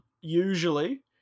usually